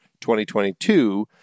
2022